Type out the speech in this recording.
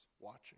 watching